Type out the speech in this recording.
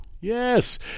Yes